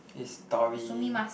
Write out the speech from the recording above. it's Tori